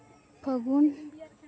ᱯᱷᱟᱹᱜᱩᱱ